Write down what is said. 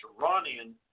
Iranian